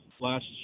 Last